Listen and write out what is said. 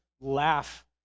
laugh